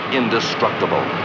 indestructible